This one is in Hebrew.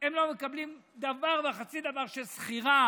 והן לא מקבלות דבר וחצי דבר ששכירה